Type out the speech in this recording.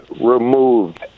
removed